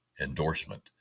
endorsement